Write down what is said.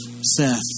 Seth